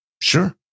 Sure